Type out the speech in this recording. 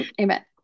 Amen